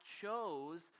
chose